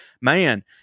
man